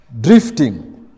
Drifting